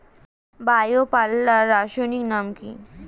Bio পাল্লার রাসায়নিক নাম কি?